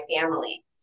family